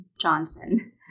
Johnson